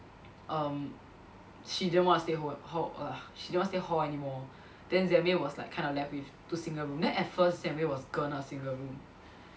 um she didn't wanna stay h~ hall lah she didn't want to stay hall anymore then Zeh Wei was like kind of left with two single room then at first Zeh Wei was gonna single room